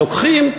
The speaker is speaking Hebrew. לוקחים,